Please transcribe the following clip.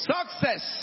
Success